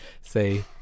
say